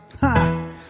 Ha